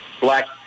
black